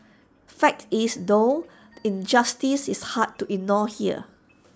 fact is though injustice is hard to ignore here